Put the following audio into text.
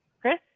Chris